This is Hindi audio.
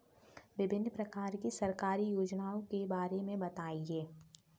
विभिन्न प्रकार की सरकारी योजनाओं के बारे में बताइए?